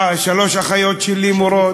שלוש אחיות שלי מורות,